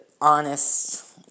honest